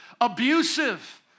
abusive